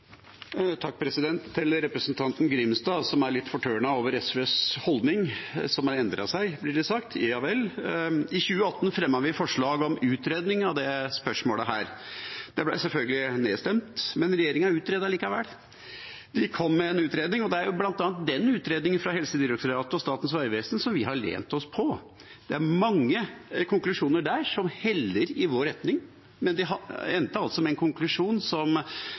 Til representanten Grimstad, som er litt fortørnet over SVs holdning – som har endret seg, blir det sagt: Ja vel. I 2018 fremmet vi forslag om utredning av dette spørsmålet. Det ble selvfølgelig nedstemt, men regjeringen utredet likevel. De kom med en utredning, og det er bl.a. den utredningen fra Helsedirektoratet og Statens vegvesen som vi har lent oss på. Det er mange konklusjoner der som heller i vår retning, men de endte altså med en konklusjon som